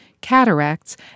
cataracts